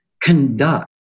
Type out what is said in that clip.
conduct